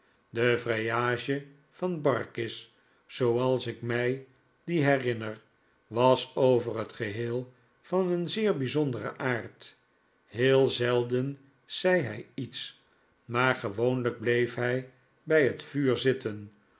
de vrijage van barkis zooals ik mij die herinner was over het geheel van een zeer bijzonderen aard heel zelden zei hij iets maar gewoonlijk bleef hij bij het vuur zitten